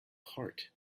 heart